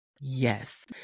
yes